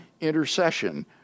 intercession